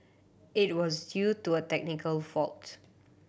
it was due to a technical fault